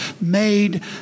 made